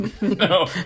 no